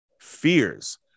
fears